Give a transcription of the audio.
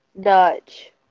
Dutch